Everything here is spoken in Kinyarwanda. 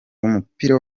w’umupira